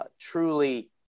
truly